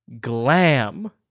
Glam